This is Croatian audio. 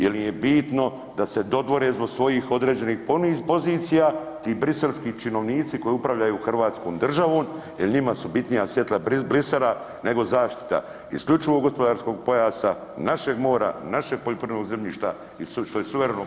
Jer im je bitno da se dodvore zbog svojih određenih pozicija, ti briselski činovnici koji upravljaju Hrvatskom državom jer njima su bitnija svjetla Bruxellesa nego zaštita isključivog gospodarskog pojasa, našeg mora, našeg poljoprivrednog zemljišta [[Upadica: Hvala.]] što je suvereno pravo RH.